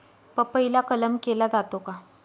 पपईला कलम केला जातो का?